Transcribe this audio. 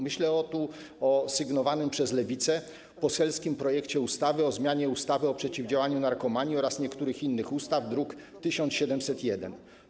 Myślę tu o sygnowanym przez Lewicę poselskim projekcie ustawy o zmianie ustawy o przeciwdziałaniu narkomanii oraz niektórych innych ustaw, druk nr 1701.